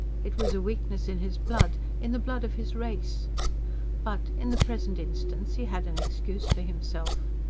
it was a weakness in his blood in the blood of his race but in the present instance, he had an excuse for himself.